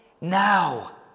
now